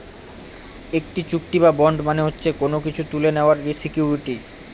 একটি চুক্তি বা বন্ড মানে হচ্ছে কোনো কিছু তুলে নেওয়ার সিকুইরিটি